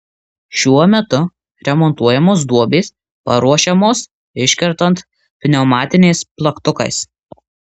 šiuo metu remontuojamos duobės paruošiamos iškertant pneumatiniais plaktukais